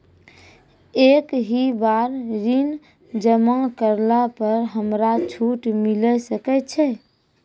एक ही बार ऋण जमा करला पर हमरा छूट मिले सकय छै?